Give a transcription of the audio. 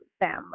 family